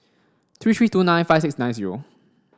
three three two nine five six nine zero